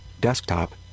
desktop